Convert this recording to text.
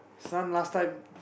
Sun last time